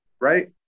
right